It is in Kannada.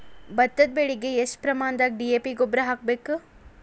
ಭತ್ತದ ಬೆಳಿಗೆ ಎಷ್ಟ ಪ್ರಮಾಣದಾಗ ಡಿ.ಎ.ಪಿ ಗೊಬ್ಬರ ಹಾಕ್ಬೇಕ?